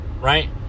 Right